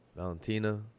Valentina